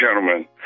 gentlemen